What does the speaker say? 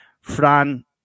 Fran